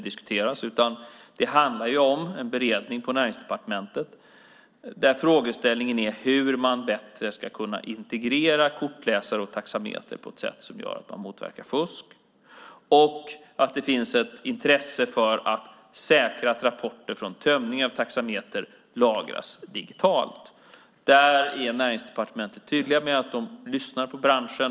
Det handlar om en beredning på Näringsdepartementet där frågan är hur man bättre ska kunna integrera kortläsare och taxameter på ett sätt som gör att man motverkar fusk och att det finns ett intresse för att säkra att rapporter från tömning av taxameter lagras digitalt. På Näringsdepartementet är de tydliga med att de lyssnar på branschen.